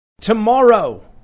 Tomorrow